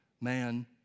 man